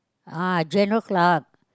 uh general clerk